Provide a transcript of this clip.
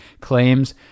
claims